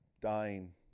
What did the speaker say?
dying